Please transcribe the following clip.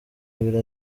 abiri